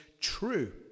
true